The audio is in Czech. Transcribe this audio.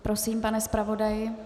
Prosím, pane zpravodaji.